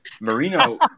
Marino